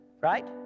Right